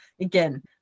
again